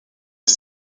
des